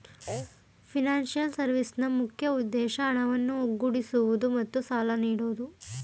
financial ಸರ್ವಿಸ್ನ ಮುಖ್ಯ ಉದ್ದೇಶ ಹಣವನ್ನು ಒಗ್ಗೂಡಿಸುವುದು ಮತ್ತು ಸಾಲ ನೀಡೋದು